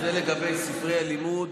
וזה לגבי ספרי הלימוד